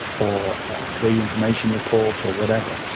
or a free information report, or whatever.